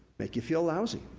make you feel lousy.